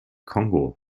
kongo